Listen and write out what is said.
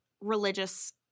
religious –